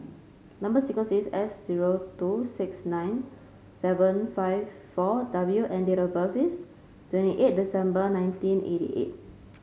number sequence is S zero two six nine seven five four W and date of birth is twenty eight December nineteen eighty eight